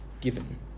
given